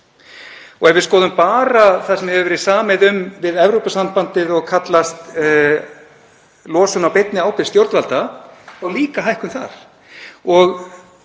Ef við skoðum bara það sem samið hefur verið um við Evrópusambandið og kallast losun á beinni ábyrgð stjórnvalda þá er líka hækkun þar.